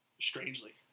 Strangely